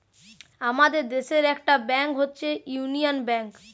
আমাদের দেশের একটা ব্যাংক হচ্ছে ইউনিয়ান ব্যাঙ্ক